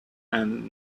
and